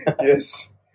Yes